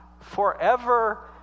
forever